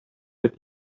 that